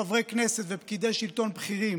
חברי כנסת ופקידי שלטון בכירים